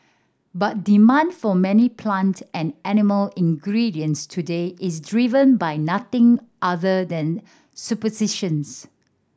but demand for many plant and animal ingredients today is driven by nothing other than superstitions